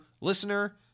listener